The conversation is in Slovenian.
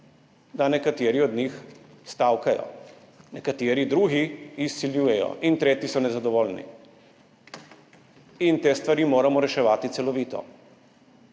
da nekateri od njih stavkajo, nekateri drugi izsiljujejo in so tretji nezadovoljni. Te stvari moramo reševati celovito.